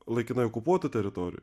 laikinai okupuotų teritorijų